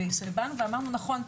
ואמרנו נכון,